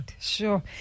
Sure